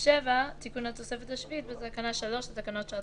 4. תיקון לתוספת הרביעית בתקנות שעת